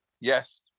Yes